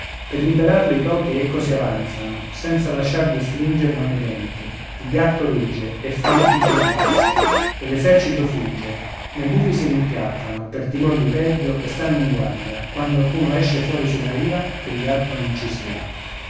per liberarlo i topi ecco si avanzano senza lasciar di stringerlo nei denti il gatto rugge fa un piccol passo e l'esercito fugge nei buchi si rimpiattano per timore di peggio e stanno in guardia quando alcuno esce fuori sulla via che il gatto non ci sia